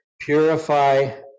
purify